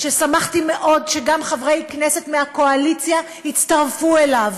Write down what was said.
ושמחתי מאוד שגם חברי כנסת מהקואליציה הצטרפו אליו,